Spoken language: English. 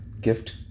gift